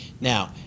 Now